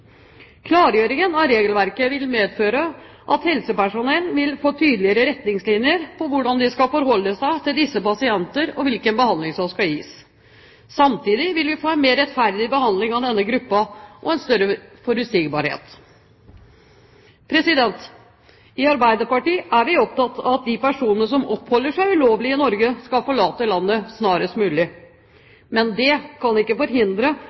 Klargjøringen av regelverket vil medføre at helsepersonell vil få tydeligere retningslinjer for hvordan de skal forholde seg til disse pasientene og hvilken behandling som skal gis. Samtidig vil vi få en mer rettferdig behandling av denne gruppen og en større forutsigbarhet. I Arbeiderpartiet er vi opptatt av at de personer som oppholder seg ulovlig i Norge, skal forlate landet snarest mulig. Men det kan ikke forhindre